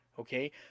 okay